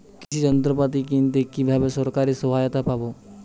কৃষি যন্ত্রপাতি কিনতে কিভাবে সরকারী সহায়তা পাব?